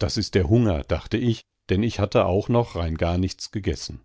das ist der hunger dachte ich denn ich hatte auch noch rein nichts gegessen